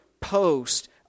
post